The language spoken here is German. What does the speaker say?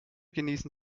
genießen